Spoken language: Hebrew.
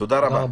תודה רבה.